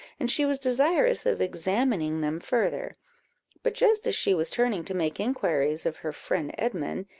and she was desirous of examining them further but just as she was turning to make inquiries of her friend edmund,